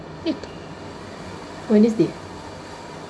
ya ke wednesday eh